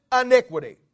iniquity